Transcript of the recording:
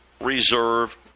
reserve